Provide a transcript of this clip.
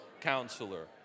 counselor